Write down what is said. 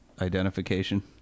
identification